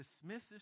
dismisses